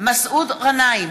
מסעוד גנאים,